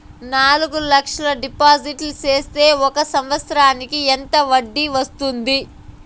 నాలుగు లక్షల డిపాజిట్లు సేస్తే ఒక సంవత్సరానికి ఎంత వడ్డీ వస్తుంది?